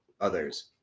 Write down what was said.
others